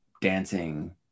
dancing